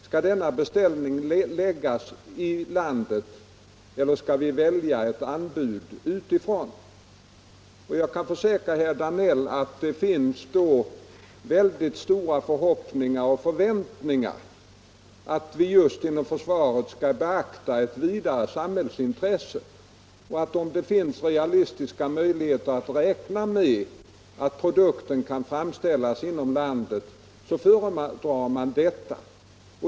Skall beställningen läggas inom landet eller skall vi välja ett anbud utifrån? Det finns mycket stora förhoppningar och förväntningar att vi inom försvaret skall beakta ett vidare samhällsintresse. Om det finns realistiska möjligheter att räkna med att produkten kan framställas inom landet föredrar man detta.